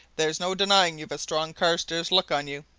there's no denying you've a strong carstairs look on you!